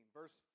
verse